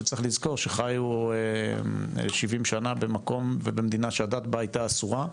שצריך לזכור שחיו 70 שנה במקום ובמדינה שהדת בה הייתה אסורה,